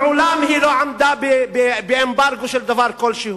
מעולם היא לא עמדה באמברגו של דבר כלשהו.